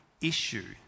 issue